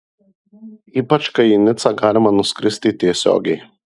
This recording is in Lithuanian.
ypač kai į nicą galima nuskristi tiesiogiai